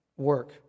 work